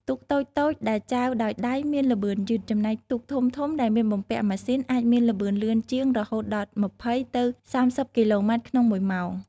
ទូកតូចៗដែលចែវដោយដៃមានល្បឿនយឺត ចំណែកទូកធំៗដែលមានបំពាក់ម៉ាស៊ីនអាចមានល្បឿនលឿនជាង រហូតដល់ ២០ ទៅ ៣០ គីឡូម៉ែត្រក្នុងមួយម៉ោង ។